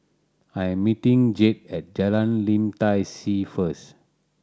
I am meeting Jade at Jalan Lim Tai See first